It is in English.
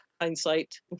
hindsight